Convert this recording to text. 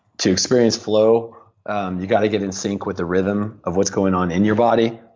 to experience flow you've got to get in sync with the rhythm of what's going on in your body.